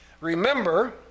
Remember